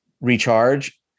recharge